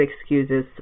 excuses